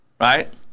right